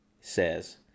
says